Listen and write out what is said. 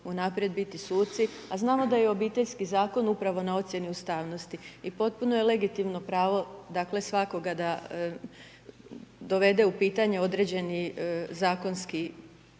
unaprijed biti suci, a znamo da je Obiteljski zakon upravo na ocijeni ustavnosti i potpuno je legitimno pravo, dakle, svakoga da dovede u pitanje određeni zakonski